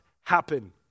happen